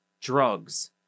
drugs